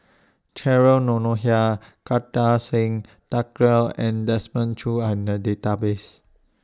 Cheryl Noronha Kartar Singh Thakral and Desmond Choo Are in The Database